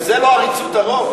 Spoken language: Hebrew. וזה לא עריצות הרוב?